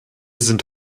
sind